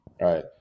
right